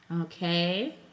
Okay